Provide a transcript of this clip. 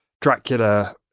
dracula